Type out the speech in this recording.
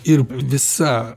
ir visa